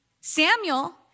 Samuel